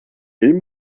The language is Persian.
این